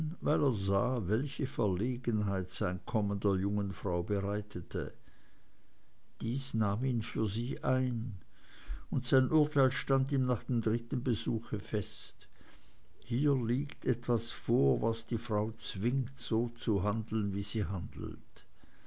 welche verlegenheit sein kommen der jungen frau bereitete dies nahm ihn für sie ein und sein urteil stand ihm nach dem dritten besuch fest hier liegt etwas vor was die frau zwingt so zu handeln wie sie handelt